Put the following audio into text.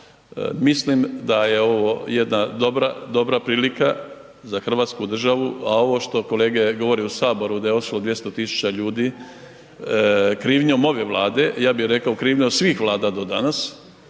mislim da je ovo jedna, jedna dobra prilika za hrvatsku državu, a ovo što kolege govore u saboru da je ošlo 200.000 ljudi krivnjom ove Vlade, ja bih rekao krivnjom svih vlada do danas,